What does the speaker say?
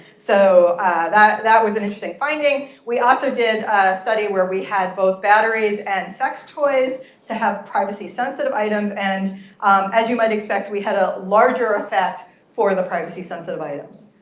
so that that was an interesting finding. we also did a study where we had both batteries and sex toys to have privacy sensitive items. and as you might expect, we had a larger effect for the privacy sensitive items.